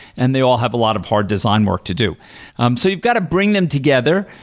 and they all have a lot of hard design work to do um so you've got to bring them together,